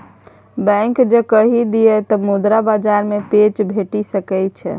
bank जँ कहि दिअ तँ मुद्रा बाजार सँ पैंच भेटि सकैत छै